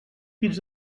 pits